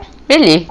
really